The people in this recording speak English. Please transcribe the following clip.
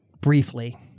briefly